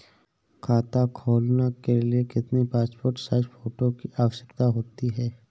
खाता खोलना के लिए कितनी पासपोर्ट साइज फोटो की आवश्यकता होती है?